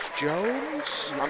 Jones